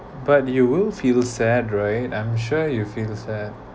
but you will feel sad right I'm sure you feel sad